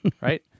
right